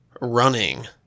running